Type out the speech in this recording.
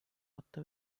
attı